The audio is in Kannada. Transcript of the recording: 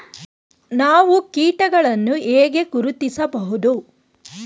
ನಾವು ಕೀಟಗಳನ್ನು ಹೇಗೆ ಗುರುತಿಸಬಹುದು?